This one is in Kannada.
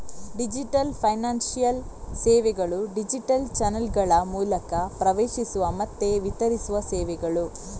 ಡಿಜಿಟಲ್ ಫೈನಾನ್ಶಿಯಲ್ ಸೇವೆಗಳು ಡಿಜಿಟಲ್ ಚಾನಲ್ಗಳ ಮೂಲಕ ಪ್ರವೇಶಿಸುವ ಮತ್ತೆ ವಿತರಿಸುವ ಸೇವೆಗಳು